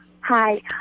Hi